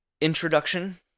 Introduction